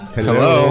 Hello